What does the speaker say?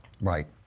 right